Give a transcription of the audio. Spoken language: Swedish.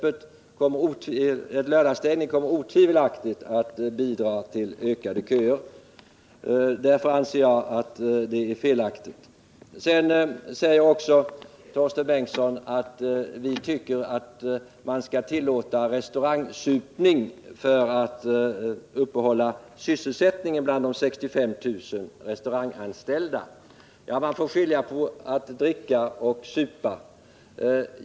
En lördagsstängning kommer otvivelaktigt att bidra till ökade köer. Därför anser jag att det är en felaktig metod. Torsten Bengtson sade också att vi tycker att man skall tillåta restaurangsupning för att upprätthålla sysselsättningen för 65 000 restauranganställda. Ja, man får skilja mellan att dricka och att supa.